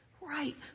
Right